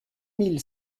mille